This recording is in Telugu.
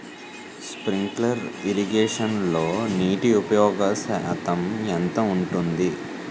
స్ప్రింక్లర్ ఇరగేషన్లో నీటి ఉపయోగ శాతం ఎంత ఉంటుంది?